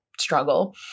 struggle